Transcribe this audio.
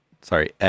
sorry